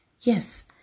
yes